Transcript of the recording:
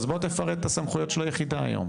אז בוא תפרט את הסמכויות של היחידה היום.